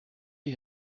die